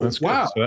Wow